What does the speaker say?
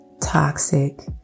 toxic